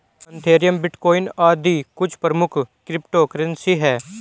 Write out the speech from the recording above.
Ethereum, bitcoin आदि कुछ प्रमुख क्रिप्टो करेंसी है